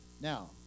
now